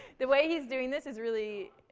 the way he's doing this is really,